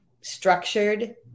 structured